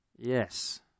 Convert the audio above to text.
Yes